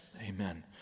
Amen